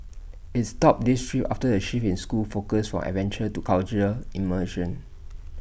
IT stopped these trips after A shift in school's focus from adventure to cultural immersion